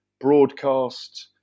broadcast